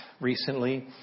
recently